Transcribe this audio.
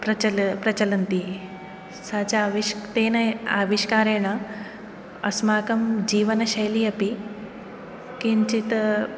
प्रचल प्रचलन्ति स च आविष्क् तेन आविष्कारेण अस्माकं जीवनशैली अपि किञ्चिद्